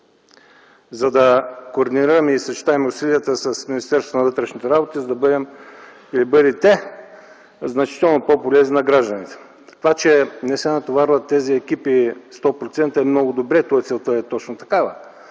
за да координирате и съчетаете усилията с Министерството на вътрешните работи, за да бъдете значително по-полезни на гражданите. Това, че не се натоварват тези екипи 100%, е много добре. Целта е точно такава.